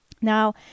Now